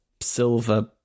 silver